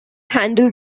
handle